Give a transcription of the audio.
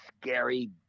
scary